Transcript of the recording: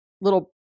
little